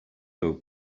był